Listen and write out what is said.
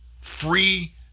free